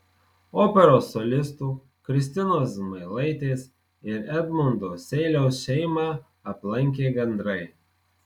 operos solistų kristinos zmailaitės ir edmundo seiliaus šeimą aplankė gandrai